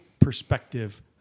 perspective